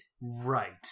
Right